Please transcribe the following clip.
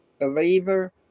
believer